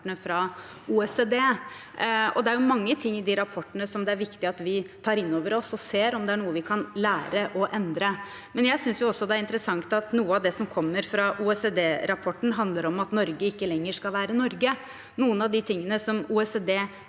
fra OECD. Det er mange ting i de rapportene det er viktig at vi tar innover oss og ser om det er noe vi kan lære og endre, men jeg synes også det er interessant at noe av det som kommer fra OECD-rapporten, handler om at Norge ikke lenger skal være Norge. Noen av de tingene OECD